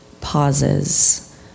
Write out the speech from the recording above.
pauses